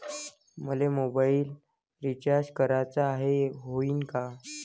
मले mobile recharge कराचा हाय, होईनं का?